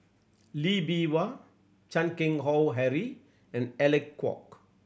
Lee Bee Wah Chan Keng Howe Harry and Alec Kuok